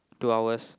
two hours